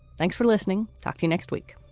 thanks for listening. talk to you next week